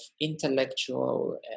intellectual